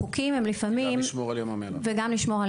גם לשמור על ים המלח.